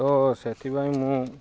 ତ ସେଥିପାଇଁ ମୁଁ